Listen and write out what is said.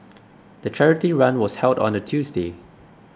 the charity run was held on a Tuesday